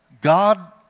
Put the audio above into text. God